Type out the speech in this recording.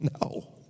No